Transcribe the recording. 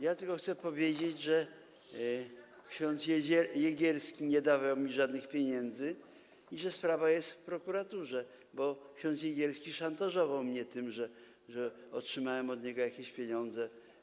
Ja tylko chcę powiedzieć, że ks. Jegierski nie dawał mi żadnych pieniędzy i że sprawa jest w prokuraturze, bo ks. Jegierski szantażował mnie tym, że otrzymałem od niego jakieś pieniądze.